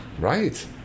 right